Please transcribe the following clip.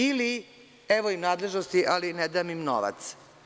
Ili – evo im nadležnosti, ali ne dam im novac.